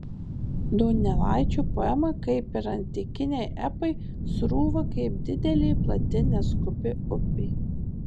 donelaičio poema kaip ir antikiniai epai srūva kaip didelė plati neskubi upė